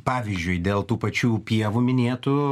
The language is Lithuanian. pavyzdžiui dėl tų pačių pievų minėtų